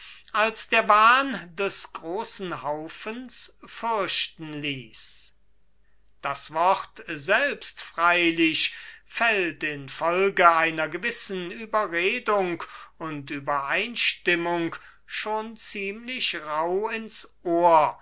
als der wahn des großen haufens fürchten ließ das wort selbst freilich fällt in folge einer gewissen ueberredung und uebereinstimmung schon ziemlich rauh in's ohr